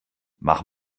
mach